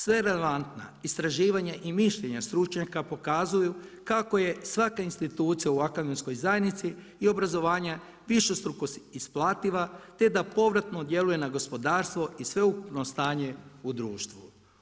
Sve relevantna istraživanja i mišljenja stručnjaka pokazuju kako je svaka institucija u akademskoj zajednici i obrazovanja višestruko isplativa te da povratno djeluje na gospodarstvo i sveukupno stanje u društvu.